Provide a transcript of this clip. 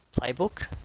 playbook